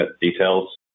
details